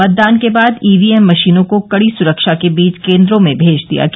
मतदान के बाद ईवीएम मशीनों को कड़ी सुरक्षा के बीच केन्द्रों में भेजा दिया गया